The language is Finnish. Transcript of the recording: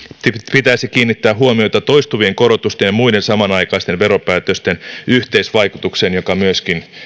pitäisi kiinnittää huomiota toistuvien korotusten ja muiden samanaikaisten veropäätösten yhteisvaikutukseen joka myöskin